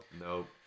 Nope